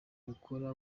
gukora